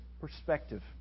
perspective